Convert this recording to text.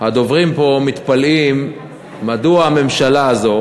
הדוברים פה מתפלאים מדוע הממשלה הזו